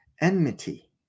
enmity